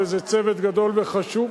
זה צוות גדול וחשוב.